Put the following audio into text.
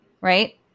right